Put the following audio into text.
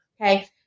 Okay